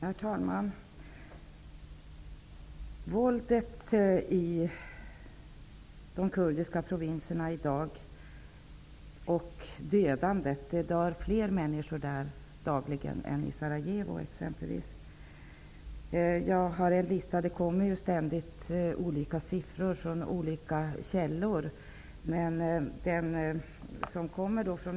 Herr talman! Våldet och dödandet i de kurdiska provinserna i dag är förfärligt. Flera människor dör där dagligen än i t.ex. Sarajevo. Det kommer ständigt uppgifter från olika källor.